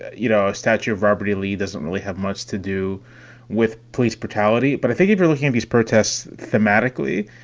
you know, a statue of liberty lee doesn't really have much to do with police brutality. but i think if you're looking at these protests thematically,